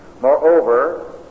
moreover